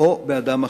או באדם אחר".